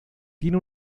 tiene